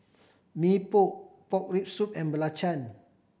Mee Pok pork rib soup and belacan